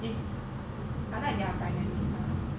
it's I like their dynamics lah